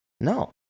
no